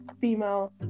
female